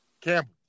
Campbell